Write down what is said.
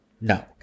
No